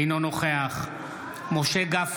אינו נוכח משה גפני,